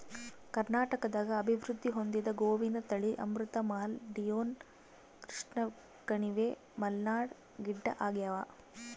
ಕರ್ನಾಟಕದಾಗ ಅಭಿವೃದ್ಧಿ ಹೊಂದಿದ ಗೋವಿನ ತಳಿ ಅಮೃತ್ ಮಹಲ್ ಡಿಯೋನಿ ಕೃಷ್ಣಕಣಿವೆ ಮಲ್ನಾಡ್ ಗಿಡ್ಡಆಗ್ಯಾವ